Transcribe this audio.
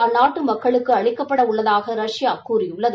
அந்நாட்டு மக்களுக்கு அளிக்கப்பட உள்ளதாக ரஷ்யா கூறியுள்ளது